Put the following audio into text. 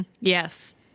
Yes